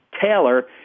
Taylor